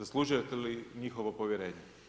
zaslužujete li njihovo povjerenje.